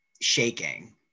shaking